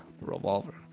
revolver